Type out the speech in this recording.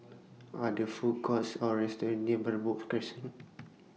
Are There Food Courts Or restaurants near Merbok Crescent